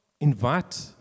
invite